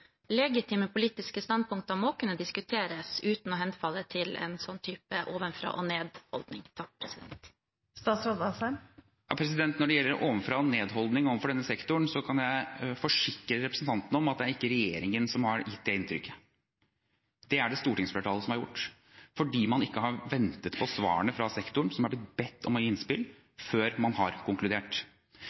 Legitime politiske standpunkter må kunne diskuteres uten å henfalle til en sånn type ovenfra-og-ned-holdning. Når det gjelder ovenfra-og-ned-holdning overfor denne sektoren, kan jeg forsikre representanten om at det ikke er regjeringen som har gitt det inntrykket. Det er det stortingsflertallet som har gjort, fordi man ikke har ventet på svarene fra sektoren, som er blitt bedt om å gi innspill, før man har konkludert.